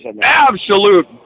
absolute